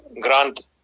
grant